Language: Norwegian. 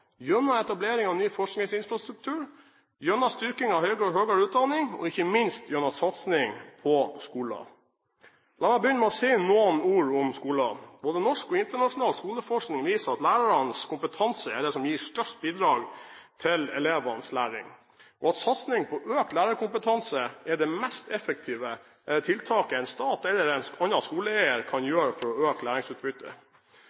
gjennom etablering av ny forskningsinfrastruktur, gjennom styrking av høyere utdanning og ikke minst gjennom satsing på skolen? La meg begynne med å si noen ord om skolen. Både norsk og internasjonal skoleforskning viser at lærernes kompetanse er det som gir størst bidrag til elevenes læring, og at satsing på økt lærerkompetanse er det mest effektive tiltaket en stat eller en annen skoleeier kan